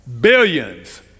billions